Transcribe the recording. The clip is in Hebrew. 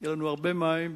יהיו לנו הרבה מים,